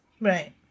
right